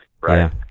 right